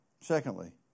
Secondly